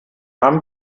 haben